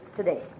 today